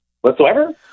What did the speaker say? whatsoever